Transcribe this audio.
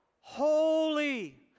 Holy